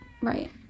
Right